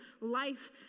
life